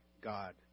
God